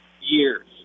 years